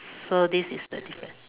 so this is the difference